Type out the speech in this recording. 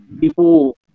people